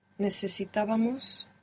Necesitábamos